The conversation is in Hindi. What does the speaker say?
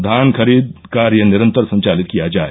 धान खरीद कार्य निरन्तर संचालित किया जाए